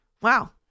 Wow